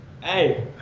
hey